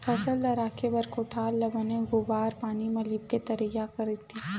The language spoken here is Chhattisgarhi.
फसल ल राखे बर कोठार ल बने गोबार पानी म लिपके तइयार करतिस